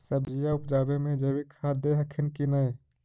सब्जिया उपजाबे मे जैवीक खाद दे हखिन की नैय?